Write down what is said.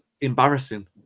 embarrassing